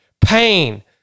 pain